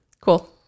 cool